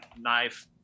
knife